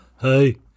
Hey